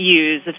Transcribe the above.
use